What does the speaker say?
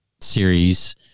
series